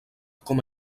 com